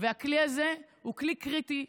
והכלי הזה הוא כלי קריטי.